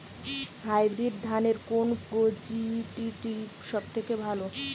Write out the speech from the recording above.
Hybrid ধানের কোন প্রজীতিটি সবথেকে ভালো?